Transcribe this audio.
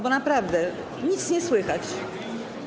Bo naprawdę nic nie słychać.